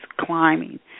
climbing